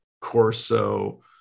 Corso